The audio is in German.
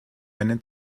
einen